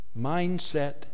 Mindset